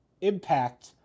impact